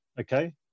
Okay